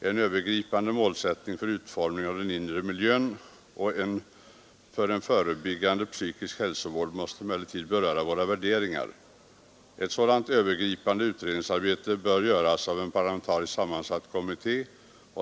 En övergripande målsättning för utformningen av den inre miljön och för en förebyggande psykisk hälsovård måste emellertid beröra våra värderingar. Ett sådant övergripande utredningsarbete bör göras av en parlamentariskt sammansatt kommitté.